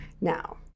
now